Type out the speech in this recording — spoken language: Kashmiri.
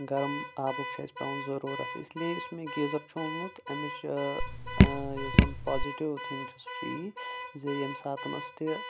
گرم آبُک چُھ اسہِ پٮ۪وان ضروٗرَت اِسلیے یُس مےٚ یہِ گیٖزَر چُھ اوٚنمُت اَمِچ یُس زَن پازِٹِو تِھنٛگ چھ سُہ چھِ یی زِ ییٚمہِ ساتَن أسۍ تہِ